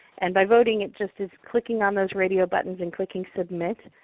and by voting it just is clicking on those radio buttons and clicking submit.